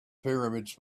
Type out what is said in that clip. pyramids